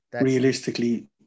realistically